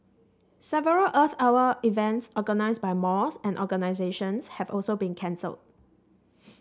several Earth Hour events organised by malls and organisations have also been cancelled